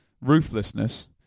ruthlessness